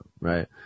right